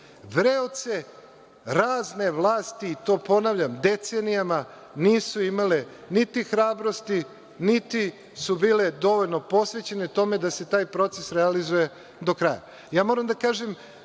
Vreoce, razne vlasti, i to ponavljam, decenijama nisu imale niti hrabrosti, niti su bile dovoljno posvećene tome da se taj proces realizuje do kraja. Moram